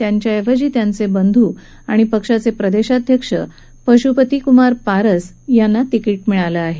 त्यांच्याऐवजी त्यांचे बंधू आणि पक्षाचे प्रदेशाध्यक्ष पशुपती कुमार पारस हे निवडणूक लढणार आहेत